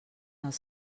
els